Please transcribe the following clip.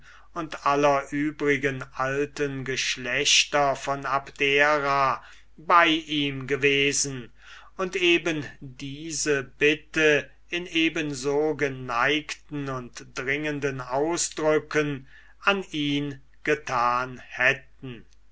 und aller übrigen alten geschlechter von abdera bei ihm gewesen und eben diese bitte in eben so geneigten und dringenden ausdrücken an ihn getan hätten